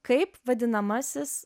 kaip vadinamasis